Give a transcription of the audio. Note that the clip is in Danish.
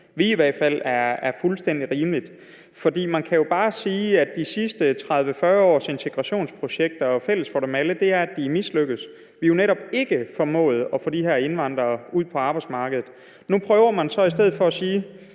vi i hvert fald det er fuldstændig rimeligt at man skal gøre. For man kan jo, når det drejer sig om de sidste 30-40 års integrationsprojekter, bare sige, at fælles for dem alle er, at de er mislykkedes. For vi har jo netop ikke formået at få de her indvandrere ud på arbejdsmarkedet. Nu prøver man så i stedet for at sige,